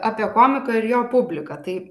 apie komiką ir jo publiką tai